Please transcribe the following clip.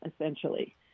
essentially